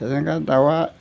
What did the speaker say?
फेरेंगा दाउआ